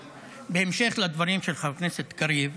בהמשך לדברים של חבר הכנסת קריב,